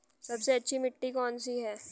सबसे अच्छी मिट्टी कौन सी है?